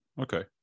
Okay